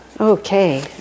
Okay